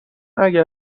اگر